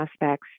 aspects